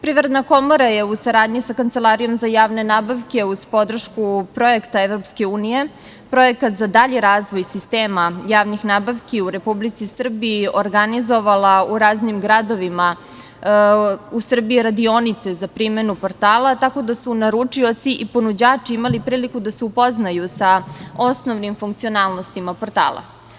Privredna komora je u saradnji sa Kancelarijom za javne nabavke uz podršku projekta Evropske unije, „Projekat za dalji razvoj sistema javnih nabavki u Republici Srbiji“, organizovala u raznim gradovima u Srbiji radionice za primenu portala, tako da su naručioci i ponuđači imali priliku da se upoznaju sa osnovnim funkcionalnostima portala.